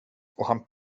han